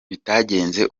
bitagenze